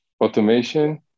automation